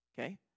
okay